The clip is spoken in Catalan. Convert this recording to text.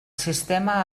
sistema